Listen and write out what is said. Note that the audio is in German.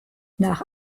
nach